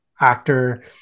actor